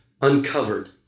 uncovered